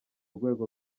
rwego